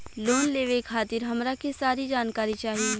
Loan लेवे खातीर हमरा के सारी जानकारी चाही?